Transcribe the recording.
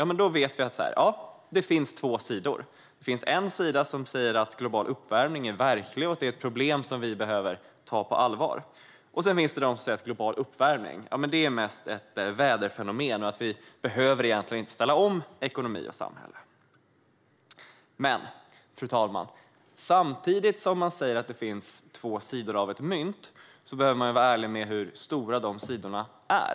Vi vet att det finns två sidor. Det finns en sida som säger att global uppvärmning är verklig och ett problem som vi behöver ta på allvar. Och så finns det de som säger att global uppvärmning mest är ett väderfenomen och att vi egentligen inte behöver ställa om ekonomi och samhälle. Men, fru talman, samtidigt som man säger att det finns två sidor av ett mynt behöver man vara ärlig med hur stora de sidorna är.